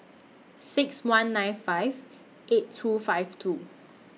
six one nine five eight two five two